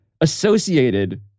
associated